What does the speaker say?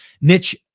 niche